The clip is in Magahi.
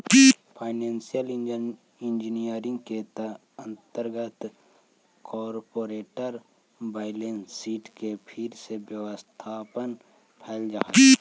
फाइनेंशियल इंजीनियरिंग के अंतर्गत कॉरपोरेट बैलेंस शीट के फिर से व्यवस्थापन कैल जा हई